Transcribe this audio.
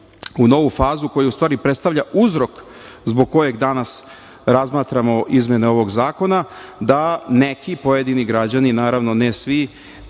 u novu fazu koja u stvari predstavlja uzrok zbog kojeg danas razmatramo izmene ovog zakona, da neki pojedini građani, naravno, ne svi,